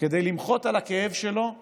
כדי למחות, את הכאב שלהם